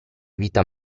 vita